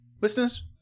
Listeners